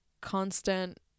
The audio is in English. constant